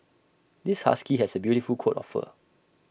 this husky has A beautiful coat of fur